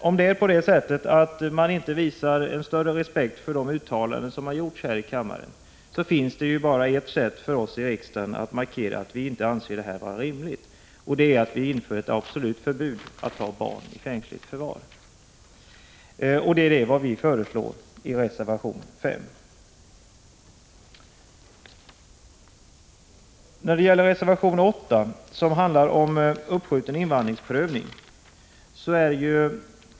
Om man inte visar större respekt för de uttalanden som har gjorts här i kammaren finns det bara ett sätt för oss i riksdagen att markera att vi inte anser det vara rimligt, och det är att vi inför ett absolut förbud mot att ta barn i fängsligt förvar. Det är vad vi föreslår i reservationen. Reservation 8 handlar om uppskjuten invandringsprövning.